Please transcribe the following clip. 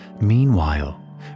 Meanwhile